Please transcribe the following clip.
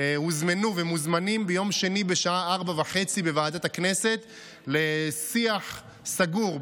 הוזמנו ומוזמנים ביום שני בשעה 16:30 בוועדת הכנסת לשיח סגור,